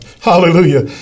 Hallelujah